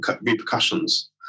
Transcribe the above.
repercussions